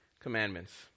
commandments